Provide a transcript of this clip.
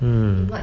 mm